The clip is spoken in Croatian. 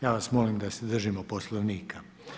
Ja vas molim da se držimo Poslovnika.